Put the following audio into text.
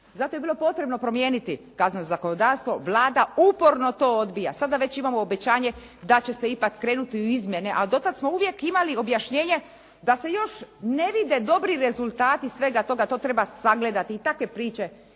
Zato je bilo potrebno promijeniti kazneno zakonodavstvo. Vlada to uporno odbija. Sada već imamo obećanje da će se ipak krenuti u izmjene, a do tada smo uvijek imali objašnjenje da se još ne vide dobri rezultati svega toga, to treba sagledati i takve priče